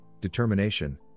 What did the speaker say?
determination